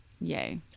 Yay